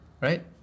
Right